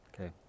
Okay